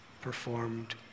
performed